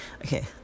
Okay